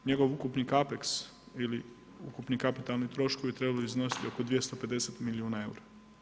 Njegov ukupni kapeks ili ukupni kapitalni troškovi trebaju iznositi oko 250 milijuna eura.